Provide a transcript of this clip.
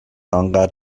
آنقدر